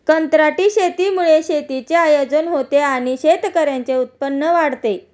कंत्राटी शेतीमुळे शेतीचे आयोजन होते आणि शेतकऱ्यांचे उत्पन्न वाढते